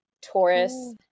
Taurus